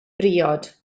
briod